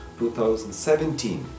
2017